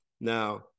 Now